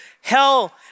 hell